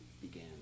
began